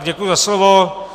Děkuji za slovo.